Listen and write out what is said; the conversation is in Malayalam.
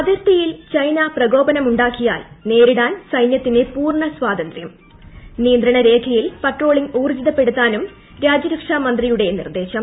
അതിർത്തിയിൽ ചൈന പ്രകോപനം ഉണ്ടാക്കിയാൽ നേരിടാൻ സൈനൃത്തിന് പൂർണ്ണ സ്വാതന്ത്രൃം നിയന്ത്രണ രേഖയിൽ പട്രോളിംഗ് ഊർജ്ജിതപ്പെടുത്താനും രാജ്യരക്ഷാ മന്ത്രിയുടെ നിർദ്ദേശം